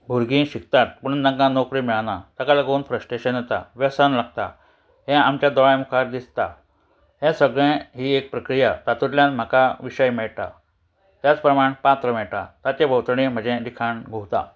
भुरगीं शिकतात पूण तांकां नोकरी मेळना ताका लागून फ्रस्टेशन येता वेसन लागता हें आमच्या दोळ्या मुखार दिसता हे सगळे ही एक प्रक्रिया तातूंतल्यान म्हाका विशय मेळटा त्याच प्रमाण पात्र मेळटा ताचे भोंवतणी म्हजें लिखाण घुंवता